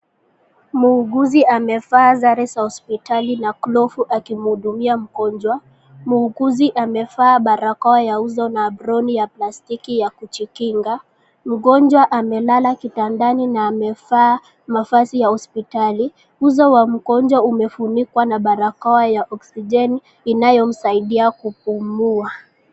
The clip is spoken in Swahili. Muuguzi amevaa sare za hospitali na glofu, aki muhudumia mgonjwa, muuguzi amefaa barakoa ya uso na abroni ya plastiki ya kuchikinga, mgonjwa amelala kitandani na amefaa mavazi ya hospitali, uso umefunikwa na barakoa ya oxigeni, inayomsaidia kupumua.